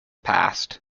past